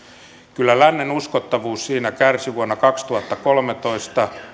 kyllä lännen uskottavuus siinä kärsi vuonna kaksituhattakolmetoista